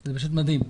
זה פשוט מדהים,